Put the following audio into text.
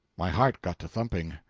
my heart got to thumping.